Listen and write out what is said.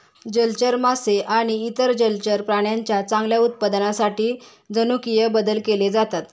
जलचर मासे आणि इतर जलचर प्राण्यांच्या चांगल्या उत्पादनासाठी जनुकीय बदल केले जातात